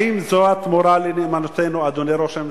האם זו התמורה לנאמנותנו, אדוני ראש הממשלה?